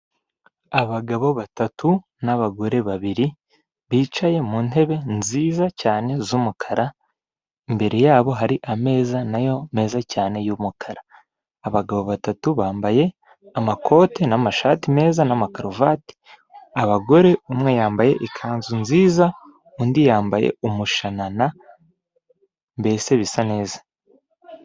Abagabo batatu n'abagore babiri, bicaye mu ntebe nziza cyane z'umukara, mbere yabo hari ameza nayo meza cyane y'umukara, abagabo batatu bambaye amakote n'amashati meza n'amakaruvati, abagore umwe yambaye ikanzu nziza, undi yambaye umushana, mbese bisa neza.